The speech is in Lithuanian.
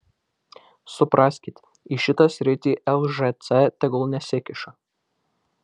supraskit į šitą sritį lžc tegul nesikiša